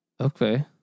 Okay